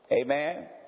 Amen